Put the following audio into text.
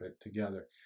together